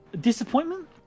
Disappointment